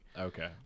okay